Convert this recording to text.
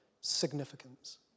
Significance